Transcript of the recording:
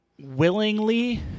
Willingly